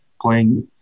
playing